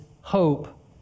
hope